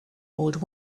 old